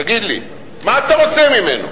תגיד לי, מה אתה רוצה ממנו?